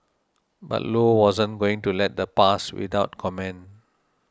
but Low wasn't going to let that pass without comment